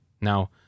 Now